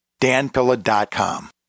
danpilla.com